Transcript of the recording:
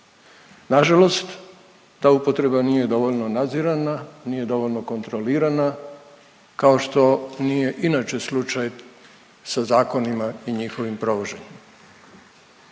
Nažalost ta upotreba nije dovoljno nadzirana, nije dovoljno kontrolirana kao što nije inače slučaj sa zakonima i njihovim provođenjem.